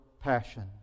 passion